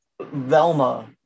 Velma